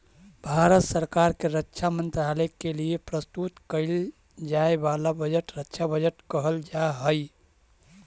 भारत सरकार के रक्षा मंत्रालय के लिए प्रस्तुत कईल जाए वाला बजट रक्षा बजट कहल जा हई